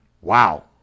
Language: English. Wow